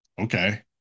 okay